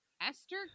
Esther